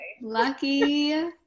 Lucky